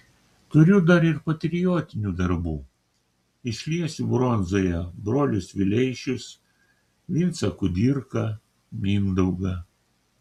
turiu dar ir patriotinių darbų išliesiu bronzoje brolius vileišius vincą kudirką mindaugą